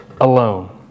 alone